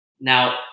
Now